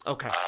Okay